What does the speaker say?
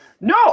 No